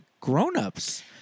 grown-ups